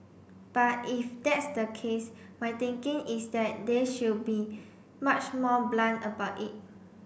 but if that's the case my thinking is that they should be much more blunt about it